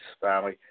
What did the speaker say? family